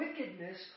wickedness